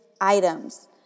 items